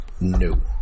No